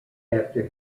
after